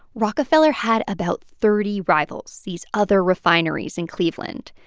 rockefeller had about thirty rivals, these other refineries in cleveland.